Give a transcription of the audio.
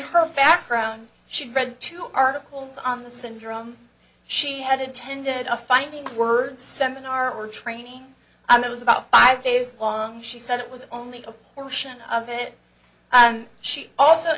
her background should read two articles on the syndrome she had intended to find the words seminar or training and it was about five days long she said it was only a portion of it and she also